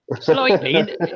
slightly